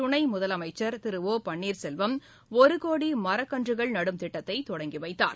துணை முதலமைச்சர் திரு ஒ பன்னீர்செல்வம் ஒரு கோடி மரக்கன்றுகள் நடும் திட்டத்தை தொடங்கிவைத்தார்